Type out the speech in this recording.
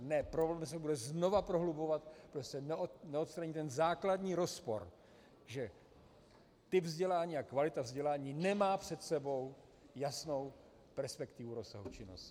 Ne, problém se bude znova prohlubovat, pokud se neodstraní ten základní rozpor, že typ vzdělání a kvalita vzdělání nemá před sebou jasnou perspektivu rozsahu činnosti.